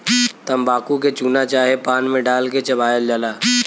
तम्बाकू के चूना चाहे पान मे डाल के चबायल जाला